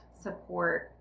support